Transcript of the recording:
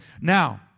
Now